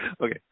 Okay